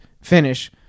finish